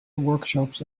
workshops